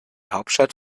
hauptstadt